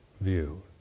view